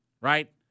right